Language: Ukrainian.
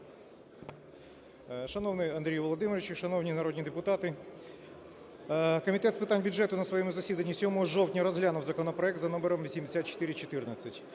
Шановний Андрію Володимировичу, шановні народні депутати, Комітет з питань бюджету на своєму засіданні 7 жовтня розглянув законопроект за номером 8414.